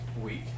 week